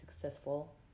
successful